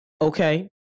okay